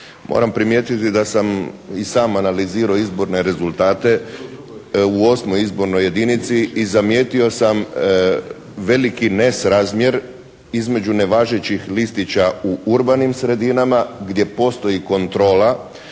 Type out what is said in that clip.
moram primijetiti da sam i sam analizirao izborne rezultate… …/Upadica se ne razumije./… U 8. izbornoj jedinici i zamijetio sam veliki nesrazmjer između nevažećih listića u urbanim sredinama gdje postoji kontrola